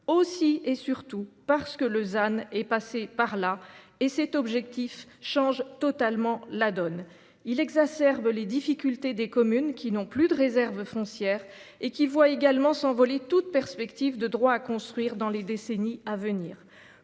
aussi, et surtout, le ZAN est passé par là. Cet objectif change totalement la donne : il exacerbe les difficultés des communes qui n’ont plus de réserve foncière et qui voient également s’envoler toute perspective de droits à construire dans les décennies à venir.